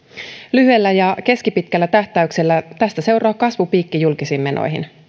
lyhyellä ja keskipitkällä tähtäyksellä tästä seuraa kasvupiikki julkisiin menoihin